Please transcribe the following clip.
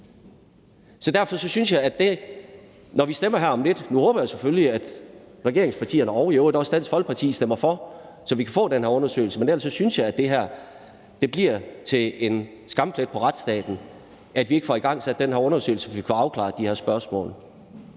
et stort mindretal om at igangsætte den? Nu håber jeg selvfølgelig, at regeringspartierne og i øvrigt også Dansk Folkeparti stemmer for, så vi kan få den her undersøgelse, men ellers synes jeg, at det bliver til en skamplet på retsstaten, hvis vi ikke får igangsat den her undersøgelse, så vi kunne få afklaret de her spørgsmål.